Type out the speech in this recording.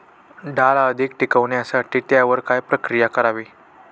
डाळ अधिक टिकवण्यासाठी त्यावर काय प्रक्रिया करावी?